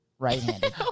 Right-handed